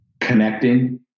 connecting